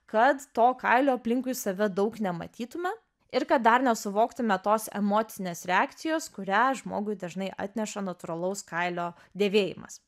kad to kailio aplinkui save daug nematytume ir kad dar nesuvoktume tos emocinės reakcijos kurią žmogui dažnai atneša natūralaus kailio dėvėjimas